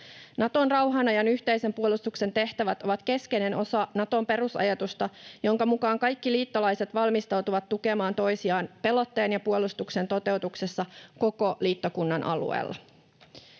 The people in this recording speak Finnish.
Naton rauhan ajan yhteisen puolustuksen tehtävät ovat keskeinen osa Naton perusajatusta, jonka mukaan kaikki liittolaiset valmistautuvat tukemaan toisiaan pelotteen ja puolustuksen toteutuksessa koko liittokunnan alueella.